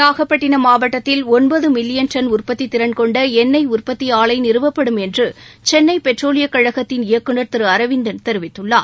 நாகப்பட்டினம் மாவட்டத்தில் ஒன்பது million tonne உற்பத்தி திறன் கொண்ட எண்ணெய் உற்பத்தி ஆலை நிறுவப்படும் என்று சென்னை பெட்ரோலியக் கழகத்தின் இயக்குநர் திரு அரவிந்தன் தெரிவித்துள்ளார்